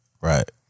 Right